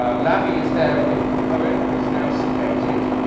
ah lavie is there with cohen, who is now sedated.